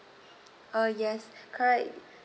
uh yes correct